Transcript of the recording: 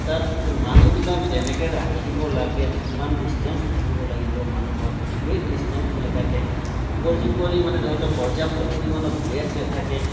তাত মানুহবিলাক যেনেকৈ ৰাখিব লাগে যিমান ডিছটেঞ্চ থাকিব লাগিব মানুহৰ সেই ডিছটেঞ্চ নেথাকে উপৰ্যুপৰি মানে ধৰি লওক পৰ্যাপ্ত পৰিমাণৰ বেড নেথাকে